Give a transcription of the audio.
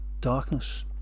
darkness